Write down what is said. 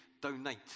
donate